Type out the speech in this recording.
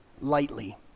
lightly